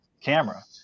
camera